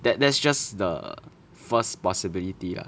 that that's just the first possibility lah